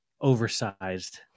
oversized